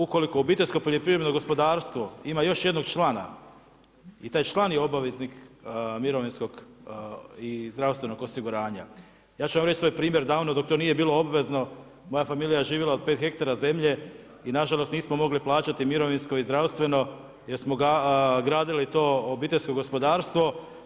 Ukoliko obiteljsko poljoprivredno gospodarstvo ima još jednog člana i taj član je obaveznik mirovinskog i zdravstvenog osiguranja, ja ću vam reći svoj primjer davno dok to nije bilo obvezno moja familija je živjela od 5 ha zemlje i na žalost nismo mogli plaćati mirovinsko i zdravstveno jer smo gradili to obiteljsko gospodarstvo.